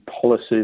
policies